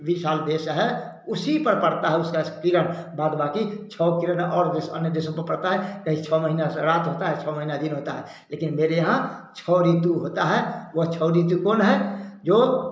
विशाल देश है उसी पर पड़ता है उसका किरण बाद बाकि छः किरण और देश अन्य देशों पर पड़ता है कहीं छः महीना रात होता है छः महीना दिन होता है लेकिन मेरे यहाँ छः ऋतु होता है वह छः ऋतु कौन है जो